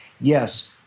Yes